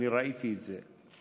אני ראיתי את זה.